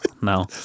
No